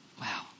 Wow